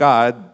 God